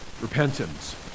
repentance